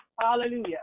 Hallelujah